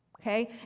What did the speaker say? Okay